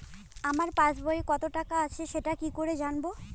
আমার পাসবইয়ে কত টাকা আছে সেটা কি করে জানবো?